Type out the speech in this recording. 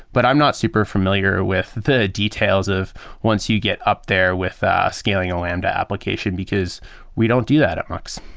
but i'm not super familiar with the details of once you get up there with ah scaling a lambda application, because we don't do that at mux.